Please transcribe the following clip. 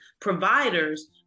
Providers